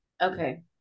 Okay